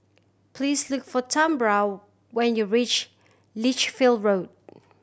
please look for Tambra when you reach Lichfield Road